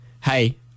hey